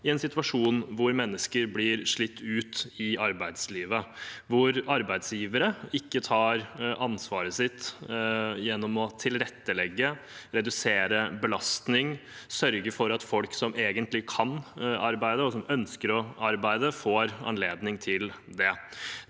i en situasjon hvor mennesker blir slitt ut i arbeidslivet, og hvor arbeidsgivere ikke tar ansvaret sitt gjennom å tilrettelegge, redusere belastningen og sørge for at folk som egentlig kan arbeide og ønsker å arbeide, får anledning til det.